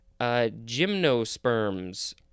gymnosperms